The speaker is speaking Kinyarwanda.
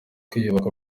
kwiyubaka